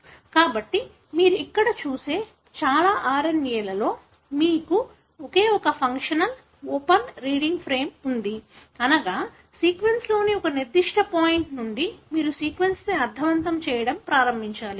కాబట్టి మీరు ఇక్కడ చూసే చాలా RNA లో మీకు ఒకే ఒక ఫంక్షనల్ ఓపెన్ రీడింగ్ ఫ్రేమ్ ఉంది అనగా సీక్వెన్స్లోని ఒక నిర్దిష్ట పాయింట్ నుండి మీరు సీక్వెన్స్ ను అర్ధవంతం చేయడం ప్రారంభించాలి